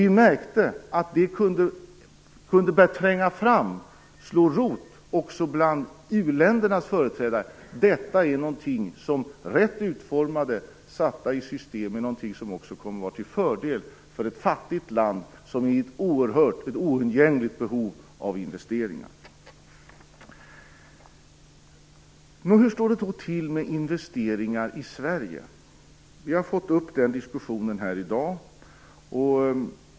Vi märkte att det började slå rot också bland u-ländernas företrädare. Detta är någonting som rätt utformat och satt i system också kommer att vara till fördel för ett fattigt land med ett oerhört behov av investeringar. Hur står det då till med investeringarna i Sverige? Vi har diskuterat det här i dag.